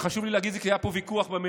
חשוב לי להגיד את זה, כי היה פה ויכוח במליאה,